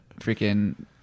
Freaking